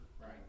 Right